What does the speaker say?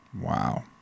Wow